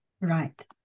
Right